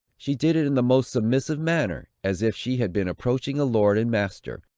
she did it in the most submissive manner, as if she had been approaching a lord and master,